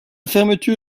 fermeture